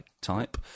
type